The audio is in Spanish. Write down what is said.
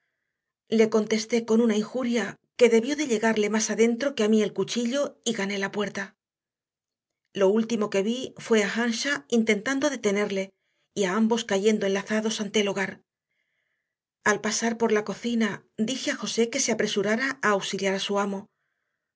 le contesté con una injuria que debió de llegarle más adentro que a mí el cuchillo y gané la puerta lo último que vi fue a earnshaw intentando detenerle y a ambos cayendo enlazados ante el hogar al pasar por la cocina dije a josé que se apresurara a auxiliar a su amo